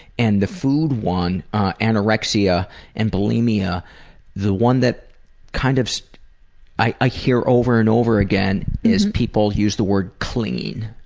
and the food one anorexia and bulimia the one that kind of i hear over and over again is people use the word clean